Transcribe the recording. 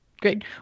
great